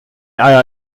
eier